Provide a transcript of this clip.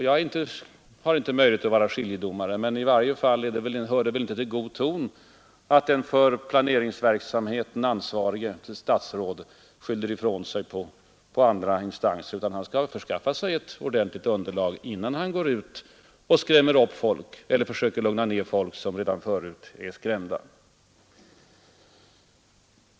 Jag har inte möjlighet att vara skiljedomare — men det hör ju i alla fall inte till god ton att den för planeringsverksamheten ansvarige skyller ifrån sig på andra instanser, utan han skall väl förskaffa sig ett ordentligt underlag innan han skrämmer upp folk eller försöker lugna ner folk som redan förut har skrämts upp.